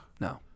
No